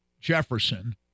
Jefferson